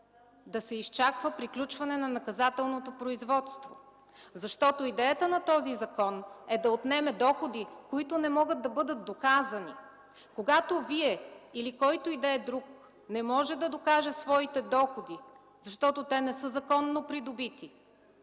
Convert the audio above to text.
да се изчаква приключване на наказателното производство, защото идеята на този закон е да отнеме доходи, които не могат да бъдат доказани. Когато Вие или който и да е друг не може да докаже своите доходи, защото те не са законно придобити,